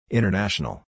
International